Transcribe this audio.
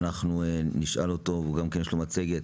הוא יציג מצגת,